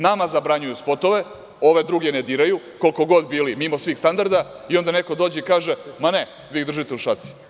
Nama zabranjuju spotove, ove druge ne diraju, koliko god bili mimo svih standarda i onda neko dođe i kaže – ma ne, vi ih držite u šaci.